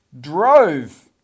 drove